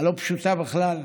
הלא-פשוטה בכלל,